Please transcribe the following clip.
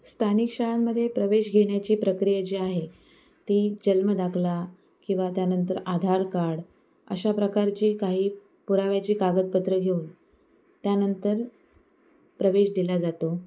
स्थानिक शाळांमध्ये प्रवेश घेण्याची प्रक्रिया जी आहे ती जन्मदाखला किंवा त्यानंतर आधार काड अशा प्रकारची काही पुराव्याची कागदपत्र घेऊन त्यानंतर प्रवेश दिला जातो